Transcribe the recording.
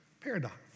Paradox